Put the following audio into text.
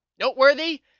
noteworthy